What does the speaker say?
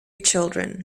children